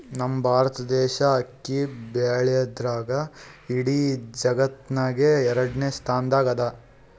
ನಮ್ ಭಾರತ್ ದೇಶ್ ಅಕ್ಕಿ ಬೆಳ್ಯಾದ್ರ್ದಾಗ್ ಇಡೀ ಜಗತ್ತ್ನಾಗೆ ಎರಡನೇ ಸ್ತಾನ್ದಾಗ್ ಅದಾ